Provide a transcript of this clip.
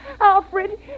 Alfred